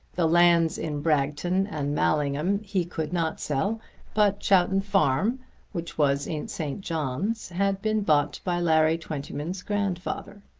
the lands in bragton and mallingham he could not sell but chowton farm which was in st. john's had been bought by larry twentyman's grandfather.